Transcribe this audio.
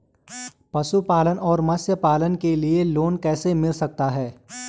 पशुपालन और मत्स्य पालन के लिए लोन कैसे मिल सकता है?